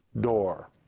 door